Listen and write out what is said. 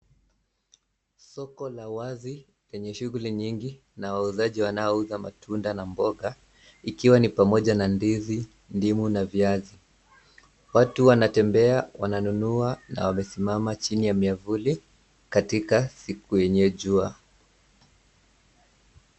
Soko la wazi lenye shuguli nyingi na wauzaji wanaouza matunda na mboga ikiwa ni pamoja na ndizi, ndimu na viazi. Watu wanatembea, wananunua na wamesimama chini ya miavuli katika siku yenye jua.